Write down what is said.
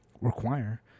require